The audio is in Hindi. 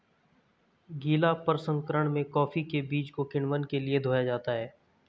गीला प्रसंकरण में कॉफी के बीज को किण्वन के लिए धोया जाता है